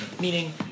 meaning